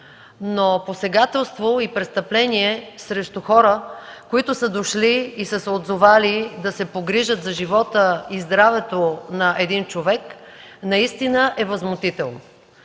но посегателство и престъпление срещу хора, които са дошли и са се отзовали да се погрижат за живота и здравето на един човек, наистина е възмутително.